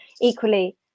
Equally